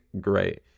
great